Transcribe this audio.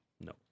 No